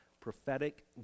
prophetic